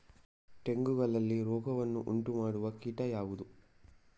ತೆಂಗುಗಳಲ್ಲಿ ರೋಗವನ್ನು ಉಂಟುಮಾಡುವ ಕೀಟ ಯಾವುದು?